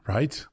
Right